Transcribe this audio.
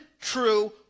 true